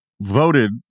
voted